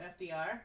FDR